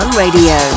Radio